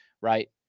right